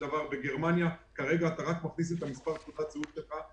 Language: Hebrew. בגרמניה כרגע אתה רק מכניס את מספר תעודת הזהות שלך,